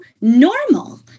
normal